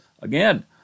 Again